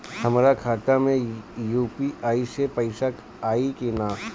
हमारा खाता मे यू.पी.आई से पईसा आई कि ना?